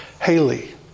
Haley